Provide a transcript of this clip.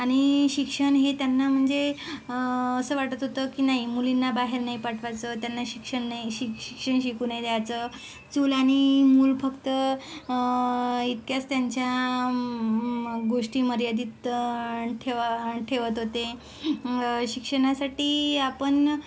आणि शिक्षण हे त्यांना म्हणजे असं वाटत होतं की नाही मुलींना बाहेर नाही पाठवायचं त्यांना शिक्षण नाही शि शिक्षण शिकू नाही द्यायचं चूल आणि मूल फक्त इतक्याच त्यांच्या गोष्टी मर्यादित ठेवाण ठेवत होते शिक्षणासाठी आपण